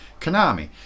Konami